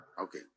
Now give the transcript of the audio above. okay